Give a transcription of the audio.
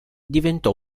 diventò